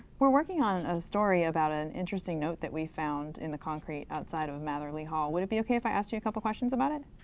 we're working on and ah story about an interesting note that we found in the concrete outside matherly hall. would it be ok if i ask you a couple questions about it?